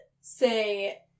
say